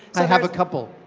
i have a couple.